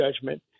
judgment